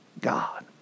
God